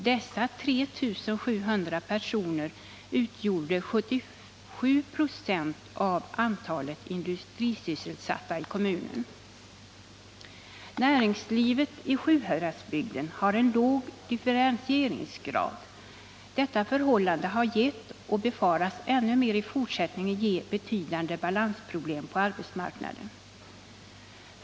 Dessa 3 700 personer utgjorde 77 926 av antalet industrisysselsatta i kommunen. Näringslivet i Sjuhäradsbygden har en låg differentieringsgrad. Detta förhållande har gett och befaras ännu mer i fortsättningen ge betydande balansproblem på arbetsmarknaden.